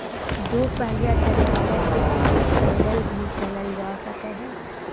दू पहिया ट्रेक्टर के चालक पैदल भी चला सक हई